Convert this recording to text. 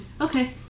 Okay